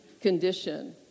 condition